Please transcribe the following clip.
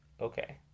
okay